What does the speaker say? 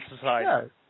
society